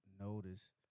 Notice